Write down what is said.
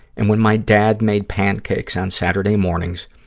and when my dad made pancakes on saturday mornings,